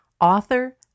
author